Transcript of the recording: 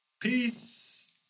Peace